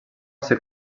ser